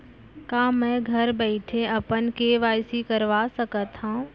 का मैं घर बइठे अपन के.वाई.सी करवा सकत हव?